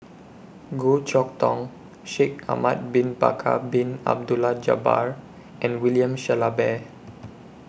Goh Chok Tong Shaikh Ahmad Bin Bakar Bin Abdullah Jabbar and William Shellabear